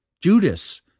Judas